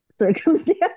circumstance